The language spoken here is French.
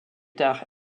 tard